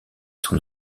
son